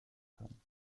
kann